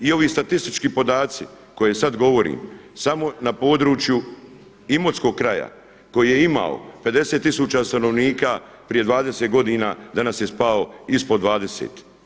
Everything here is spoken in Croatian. I ovi statistički podaci koje sada govorim samo na području Imotskog kraja koji je imao 50 tisuća stanovnika prije 20 godina danas je spao ispod 20.